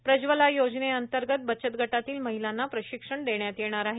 प्रज्ज्वला योजनेंतर्गत बचत गटातील महिलांना प्रशिक्षण देण्यात येणार आहे